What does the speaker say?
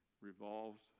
revolves